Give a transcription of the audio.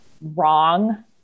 wrong